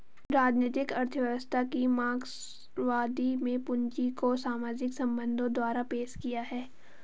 राजनीतिक अर्थव्यवस्था की मार्क्सवादी में पूंजी को सामाजिक संबंधों द्वारा पेश किया है